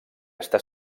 està